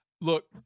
Look